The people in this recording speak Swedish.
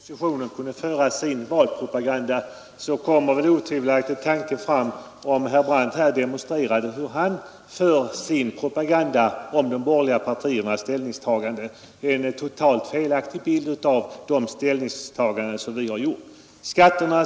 Fru talman! När herr Brandt talar om hur oppositionen skulle kunna föra sin valpropaganda kommer otvivelaktigt tanken, om herr Brandt här demonstrerade hur han för sin propaganda beträffande de borgerliga partiernas olika ståndpunkter. Han gav en totalt felaktig bild av de ställningstaganden vi har gjort.